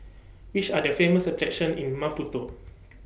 Which Are The Famous attractions in Maputo